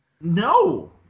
No